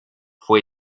fue